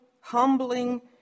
humbling